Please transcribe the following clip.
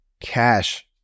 cash